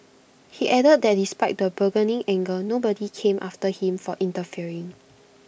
he added that despite the burgeoning anger nobody came after him for interfering